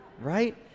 Right